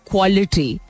quality